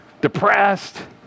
depressed